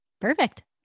Perfect